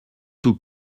tout